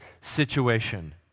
situation